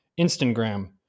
Instagram